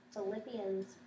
Philippians